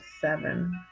seven